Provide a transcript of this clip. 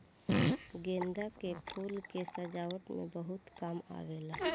गेंदा के फूल के सजावट में बहुत काम आवेला